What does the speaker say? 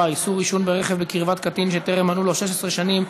(איסור עישון ברכב בקרבת קטין שטרם מלאו לו 16 שנים),